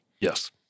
Yes